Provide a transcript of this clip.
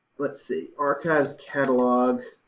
let's see, archives catalog